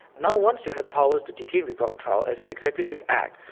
now once you have powers to detain without trial as an executive act,